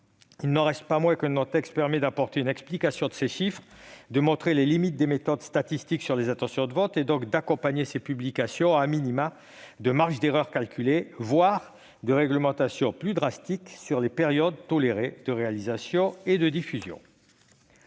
Il n'en reste pas moins que notre texte permet d'apporter une explication de ces chiffres, de montrer les limites des méthodes statistiques sur les intentions de vote et d'accompagner ces publications des marges d'erreur calculées, voire de réglementation plus drastique sur les périodes tolérées de réalisation et de diffusion.